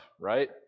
right